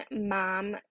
mom